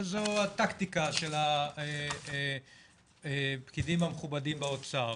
אבל זו הטקטיקה של הפקידים המכובדים באוצר